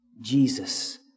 Jesus